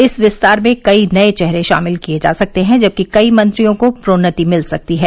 इस विस्तार में कई नये चेहरे शामिल किये जा सकते हैं जबकि कई मंत्रियों को प्रोन्नति मिल सकती है